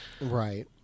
Right